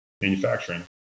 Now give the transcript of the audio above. manufacturing